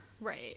right